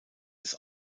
des